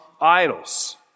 idols